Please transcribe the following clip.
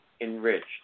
enriched